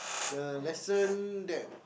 the lesson that